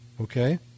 okay